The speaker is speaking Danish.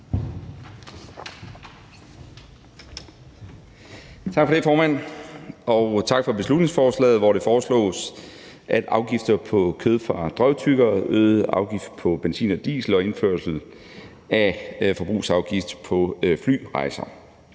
Tak for det, formand, og tak for beslutningsforslaget, hvor det foreslås at indføre afgift på kød fra drøvtyggere, øge afgiften på benzin og diesel og indføre forbrugsafgift på flyrejser.